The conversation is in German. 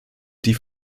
die